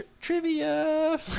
Trivia